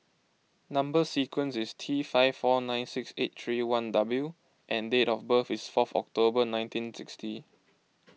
Number Sequence is T five four nine six eight three one W and date of birth is four October nineteen sixty